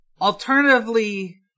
Alternatively